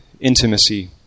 intimacy